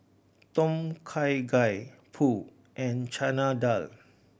Tom Kha Gai Pho and Chana Dal